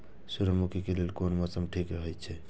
सूर्यमुखी के लेल कोन मौसम ठीक हे छे?